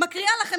אני מקריאה לכם,